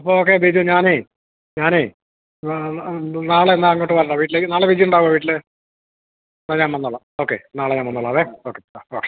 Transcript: അപ്പോഴൊക്കെ ശരി ഞാനേ ഞാനേ നാളെയെന്നാലങ്ങോട്ട് വരണേ വീട്ടിലേക്ക് നാളെ വീട്ടിലുണ്ടാവുമോ വീട്ടില് ആ വന്നോളാം ഓക്കെ നാളെ ഞാന് വന്നോളാമേ ഓക്കെ ആ ഓക്കേ